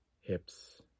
hips